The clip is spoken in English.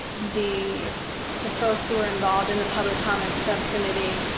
the the folks who are involved in the public comments subcommittee,